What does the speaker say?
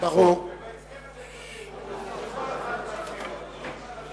חד-צדדי בהצעת העניין משום שאתה צריך לתרגם את הכול למציאות הפוליטית.